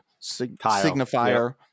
signifier